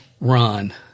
run